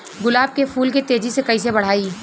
गुलाब के फूल के तेजी से कइसे बढ़ाई?